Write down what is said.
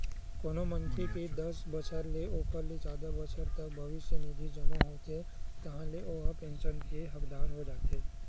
कोनो मनखे के दस बछर ते ओखर ले जादा बछर तक भविस्य निधि जमा होथे ताहाँले ओ ह पेंसन के हकदार हो जाथे